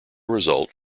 result